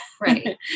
Right